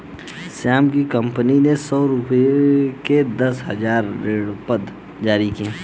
श्याम की कंपनी ने सौ रुपये के दस हजार ऋणपत्र जारी किए